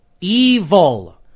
Evil